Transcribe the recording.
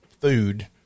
food